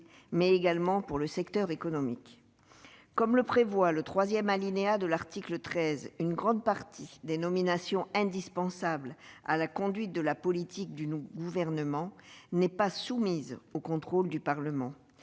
mais également pour le secteur économique. Comme le prévoit le troisième alinéa de l'article 13 de la Constitution, une grande partie des nominations indispensables à la conduite de la politique du Gouvernement n'est pas soumise au contrôle du Parlement.